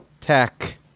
tech